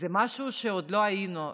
זה משהו שעוד לא היינו בו.